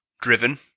Driven